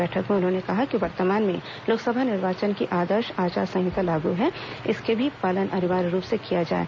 बैठक में उन्होंने कहा कि वर्तमान में लोकसभा निर्वाचन की आदर्श आचार संहिता लागू है इसका भी पालन अनिवार्य रूप से किया जाये